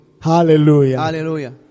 Hallelujah